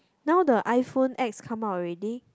now the iPhone X come out already